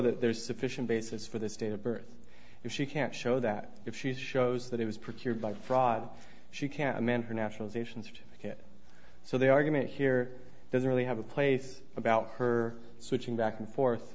that there's sufficient basis for the state of birth if she can't show that if she's shows that it was pretty by fraud she can mentor naturalization certificate so the argument here doesn't really have a place about her switching back and forth